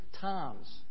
times